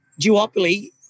duopoly